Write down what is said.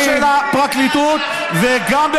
גם של הפרקליטות וגם,